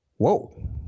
Whoa